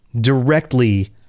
directly